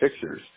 Pictures